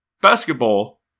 Basketball